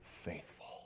faithful